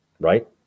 right